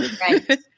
Right